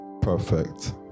Perfect